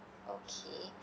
okay